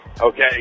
okay